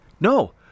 no